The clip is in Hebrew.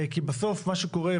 כי בסוף מה שקורה,